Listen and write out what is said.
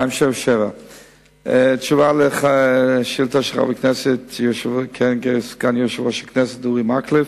חבר הכנסת אורי מקלב